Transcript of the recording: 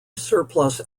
surplus